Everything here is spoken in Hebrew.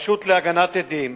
הרשות להגנת עדים